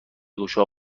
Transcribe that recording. گشا